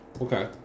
Okay